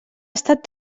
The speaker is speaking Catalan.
estat